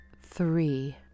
Three